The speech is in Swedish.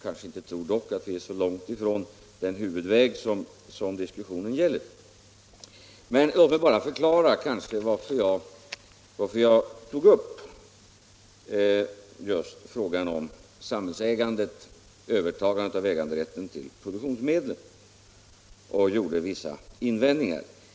Jag tror dock inte att vi är så långt ifrån den huvudväg som diskussionen gäller. Men låt mig bara förklara varför jag tog upp just frågan om det samhälleliga övertagandet av äganderätten till produktionsmedlen och gjorde vissa invändningar.